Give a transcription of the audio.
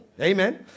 Amen